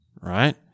Right